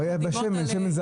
היה בשמן זית.